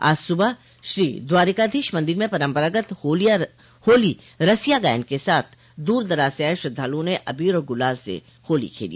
आज सुबह श्री द्वारिकाधीश मन्दिर में परंपरागत होली रसिया गायन के साथ दूर दराज से आये श्रद्धालुओं ने अबीर और गुलाल से होली खेली